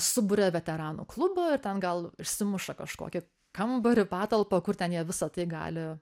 o suburia veteranų klubą ir ten gal išsimuša kažkokią kambario patalpą kur ten jie visa tai gali